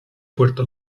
puerto